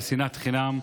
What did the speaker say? על שנאת חינם,